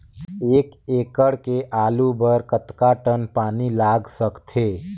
एक एकड़ के आलू बर कतका टन पानी लाग सकथे?